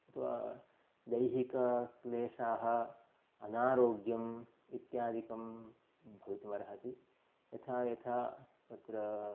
अथवा दैहिकक्लेशाः अनारोग्यम् इत्यादिकं भवितुमर्हति यथा यथा तत्र